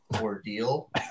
ordeal